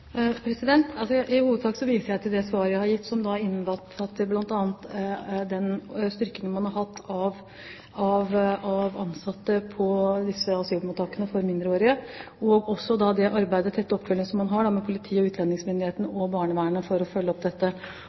I hovedsak viser jeg til det svaret jeg har gitt, som innbefatter bl.a. det økte antallet ansatte på disse asylmottakene for mindreårige, den tette oppfølgingen man har med politiet, utlendingsmyndighetene og barnevernet for å følge opp dette, samt den lovproposisjonen man arbeider med for å kunne ta et tvungent grep for å